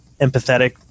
empathetic